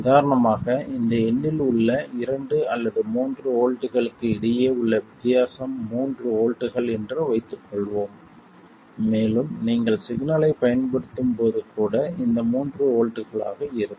உதாரணமாக இந்த எண்ணில் உள்ள இந்த இரண்டு அல்லது மூன்று வோல்ட்டுகளுக்கு இடையே உள்ள வித்தியாசம் மூன்று வோல்ட்டுகள் என்று வைத்துக்கொள்வோம் மேலும் நீங்கள் சிக்னலைப் பயன்படுத்தும்போது கூட இது மூன்று வோல்ட்டுகளாக இருக்கும்